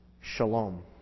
shalom